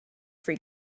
free